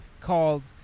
called